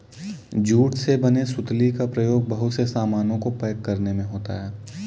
jute से बने सुतली का प्रयोग बहुत से सामानों को पैक करने में होता है